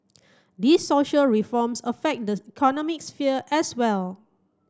these social reforms affect the economic sphere as well